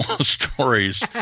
stories